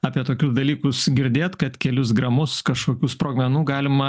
apie tokių dalykus girdėt kad kelis gramus kažkokių sprogmenų galima